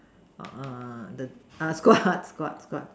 uh the uh squat squat squat